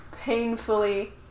painfully